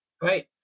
Great